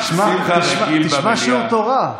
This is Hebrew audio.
תשמע שיעור תורה.